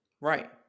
right